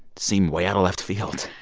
seem way out of left field?